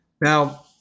Now